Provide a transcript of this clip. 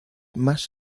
más